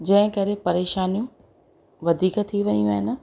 जंहिं करे परेशानियूं वधीक थी वियूं आहिनि